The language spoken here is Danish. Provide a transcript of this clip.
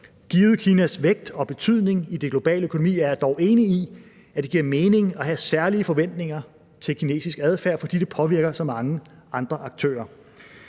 Givet Kinas vægt og betydning i den globale økonomi er jeg dog enig i, at det giver mening at have særlige forventninger til kinesisk adfærd, fordi det påvirker så mange andre aktører.